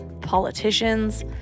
politicians